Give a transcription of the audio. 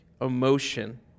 emotion